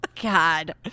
God